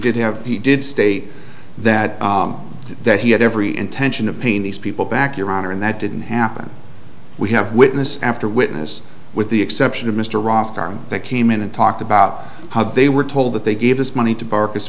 did have he did state that that he had every intention of paying these people back your honor and that didn't happen we have witness after witness with the exception of mr ross carr that came in and talked about how they were told that they gave us money to park